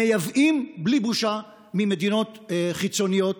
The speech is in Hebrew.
מייבאות בלי בושה ממדינות חיצוניות.